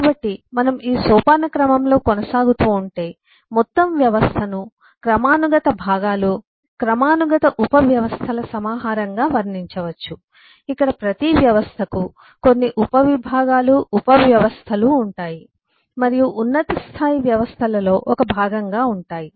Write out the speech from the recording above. కాబట్టి మనం ఈ సోపానక్రమంలో కొనసాగుతూ ఉంటే మొత్తం వ్యవస్థను క్రమానుగత భాగాలు క్రమానుగత ఉపవ్యవస్థల సమాహారంగా వర్ణించవచ్చు ఇక్కడ ప్రతి వ్యవస్థకు కొన్ని ఉపవిభాగాలు ఉపవ్యవస్థలు ఉంటాయి మరియు ఉన్నత స్థాయి వ్యవస్థలలో ఒక భాగంగా ఉంటాయి